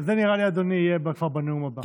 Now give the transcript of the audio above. זה, נראה לי, אדוני, יהיה כבר בנאום הבא.